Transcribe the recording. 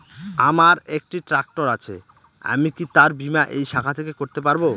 আমার একটি ট্র্যাক্টর আছে আমি কি তার বীমা এই শাখা থেকে করতে পারব?